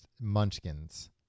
munchkins